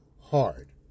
hard